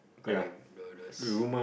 correct the those